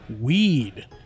weed